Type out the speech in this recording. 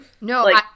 No